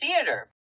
theater